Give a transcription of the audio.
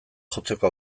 jotzeko